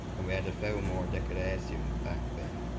and we had a few more decorations back then.